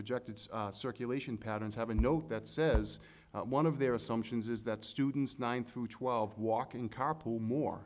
projected circulation patterns have a note that says one of their assumptions is that students nine through twelve walk in carpool more